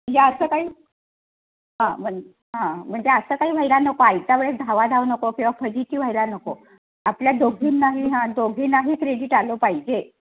याचं काही हां म्हं हां म्हणजे असं काही व्हायला नको आयत्या वेळेस धावाधाव नको किंवा फजिती व्हायला नको आपल्या दोघींनाही हां दोघींनाही क्रेडिट आलं पाहिजे